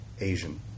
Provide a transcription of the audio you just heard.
Asian